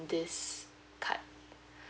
this card